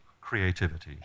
creativity